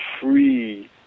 free